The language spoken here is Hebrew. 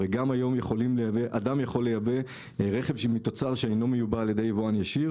הרי גם היום אדם יכול לייבא רכב מתוצר שאינו מיובא על ידי יבואן ישיר